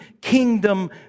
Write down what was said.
kingdom